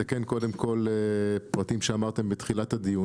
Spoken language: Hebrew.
אני אתקן קודם כל פרטים שאמרתם בתחילת הדיון.